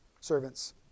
servants